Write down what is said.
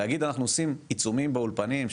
להגיד אנחנו עושים עיצומים באולפנים,